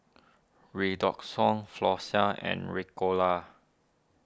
Redoxon Floxia and Ricola